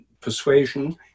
persuasion